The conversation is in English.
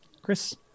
Chris